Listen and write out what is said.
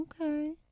Okay